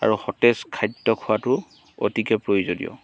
আৰু সতেজ খাদ্য খোৱাতো অতিকে প্ৰয়োজনীয়